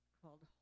called